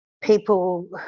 people